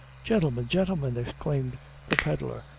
gintlemen gintlemen! exclaimed the pedlar,